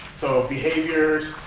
so behaviors,